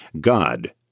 God